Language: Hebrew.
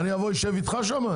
אני אבוא לשבת איתך שם?